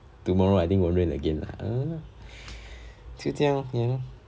tomorrow I think won't rain again lah uh 就这样 lor uh